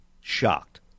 shocked